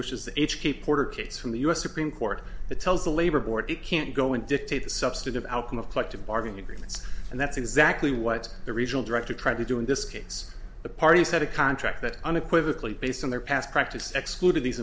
the h k porter case from the u s supreme court that tells the labor board it can't go in dictate the substantive outcome of collective bargaining agreements and that's exactly what the regional director tried to do in this case the parties had a contract that unequivocally based on their past practice excluded these